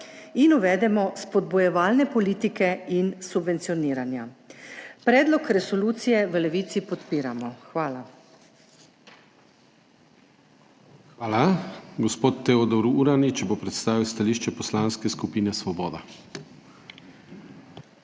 in uvedemo spodbujevalne politike in subvencioniranja. Predlog resolucije v Levici podpiramo. Hvala. PREDSEDNIK DANIJEL KRIVEC: Hvala. Gospod Teodor Uranič bo predstavil stališče Poslanske skupine Svoboda.